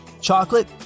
chocolate